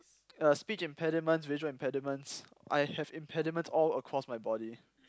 uh speech impediments visual impediments I have impediments all across my body